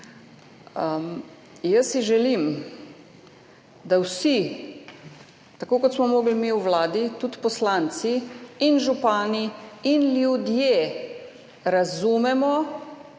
Jaz si želim, da vsi, tako kot smo morali mi na vladi, tudi poslanci in župani in ljudje razumemo,